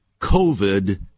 COVID